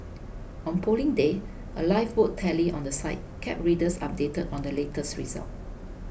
on Polling Day a live vote tally on the site kept readers updated on the latest results